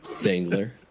Dangler